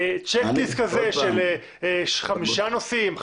צ'ק ליסט כזה של 5 נושאים ?